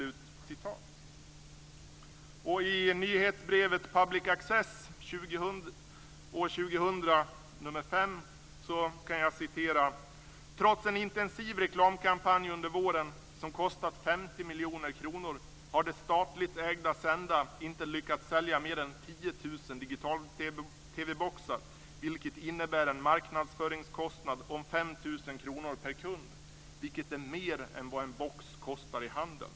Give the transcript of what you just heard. Ur nyhetsbrevet Public Access, nr 5 år 2000, kan jag citera: "Trots en intensiv reklamkampanj under våren, som kostat 50 miljoner kr, har det statligt ägda Senda inte lyckats sälja mer än 10.000 digital-tvboxar vilket innebär en marknadsföringskostnad om 5.000 kr per kund vilket är mer än vad en box kostar i handeln.